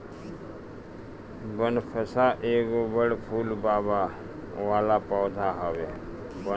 बनफशा एगो बड़ फूल वाला पौधा हवे